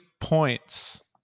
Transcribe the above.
points